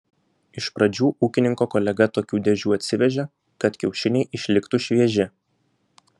iš pradžių ūkininko kolega tokių dėžių atsivežė kad kiaušiniai išliktų švieži